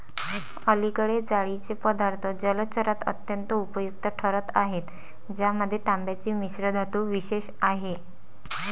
अलीकडे जाळीचे पदार्थ जलचरात अत्यंत उपयुक्त ठरत आहेत ज्यामध्ये तांब्याची मिश्रधातू विशेष आहे